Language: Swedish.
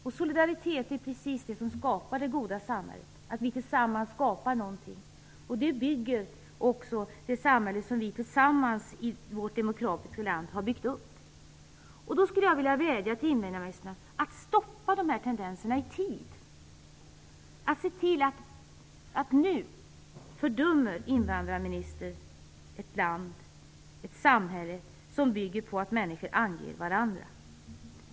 Och solidaritet är precis det som skapar det goda samhället genom att vi tillsammans skapar någonting. Det gäller också det samhälle som vi tillsammans i vårt demokratiska land har byggt upp. Jag skulle vilja vädja till invandrarministern att stoppa dessa tendenser i tid och att invandrarministern nu fördömer ett samhälle som bygger på att människor anger varandra.